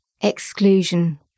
exclusion